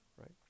right